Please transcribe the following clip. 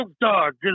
dog